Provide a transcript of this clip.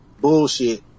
bullshit